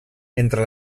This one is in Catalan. entre